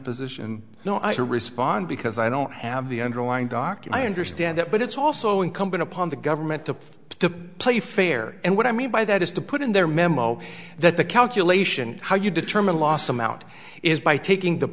position to respond because i don't have the underlying doc and i understand that but it's also incumbent upon the government to to play fair and what i mean by that is to put in their memo that the calculation how you determine lost some out is by taking the